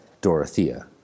Dorothea